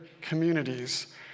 communities